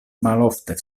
malofte